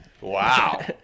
Wow